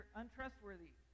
untrustworthy